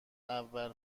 اول